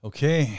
Okay